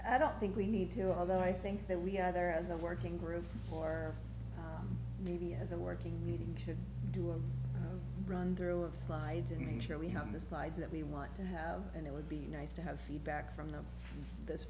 i don't think we need to although i think that we either as a working group or maybe as a working meeting should do a run through of slides and make sure we have the slides that we want to have and it would be nice to have feedback from th